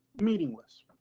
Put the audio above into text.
meaningless